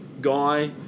guy